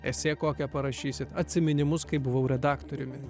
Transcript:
esė kokią parašysit atsiminimus kai buvau redaktoriumi